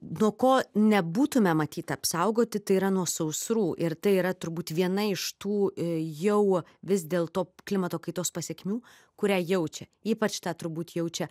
nuo ko nebūtume matyt apsaugoti tai yra nuo sausrų ir tai yra turbūt viena iš tų jau vis dėl to klimato kaitos pasekmių kurią jaučia ypač tą turbūt jaučia